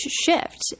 shift